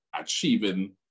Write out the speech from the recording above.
achieving